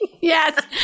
Yes